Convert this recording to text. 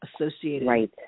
associated